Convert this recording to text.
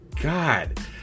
god